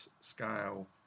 scale